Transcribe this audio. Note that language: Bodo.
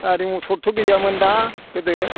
गारि मथरथ' गैयामोन दां गोदो